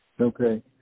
Okay